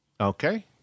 Okay